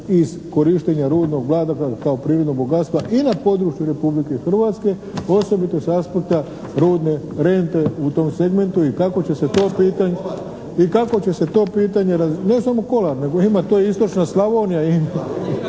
iz korištenja rudnog blaga kao prirodnog bogatstva i na području Republike Hrvatske osobito s aspekta rudne rente u tom segmentu i kako će se to pitanje… …/Upadica se ne čuje./… … Ne samo Kolar, nego ima to i istočna Slavonija…